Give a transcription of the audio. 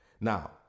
Now